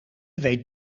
weet